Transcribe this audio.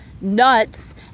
nuts